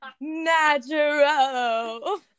natural